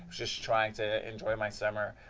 just trying to enjoy my summer.